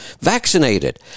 vaccinated